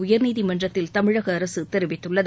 உயர்நீதிமன்றத்தில் தமிழக அரசு தெரிவித்துள்ளது